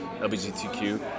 LGBTQ